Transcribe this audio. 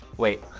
wait,